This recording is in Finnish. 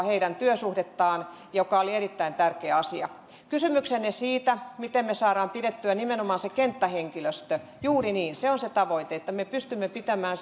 heidän työsuhdettaan mikä oli erittäin tärkeä asia kysymykseenne siitä miten me saamme pidettyä nimenomaan sen kenttähenkilöstön juuri niin se on se tavoite että me pystymme pitämään